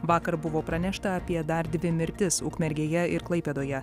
vakar buvo pranešta apie dar dvi mirtis ukmergėje ir klaipėdoje